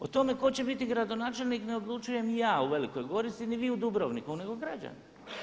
O tome tko će biti gradonačelnik ne odlučujem ja u Velikoj Gorici ni vi u Dubrovniku nego građani.